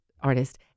artist